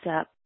up